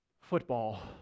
football